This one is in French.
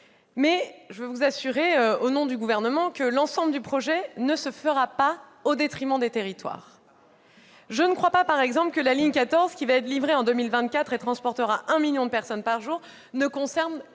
toutefois à vous assurer, au nom du Gouvernement, que l'ensemble du projet ne se fera pas au détriment des territoires. Ah ! Je ne crois pas que la ligne 14 qui sera livrée en 2024 et transportera un million de personnes par jour ne concernera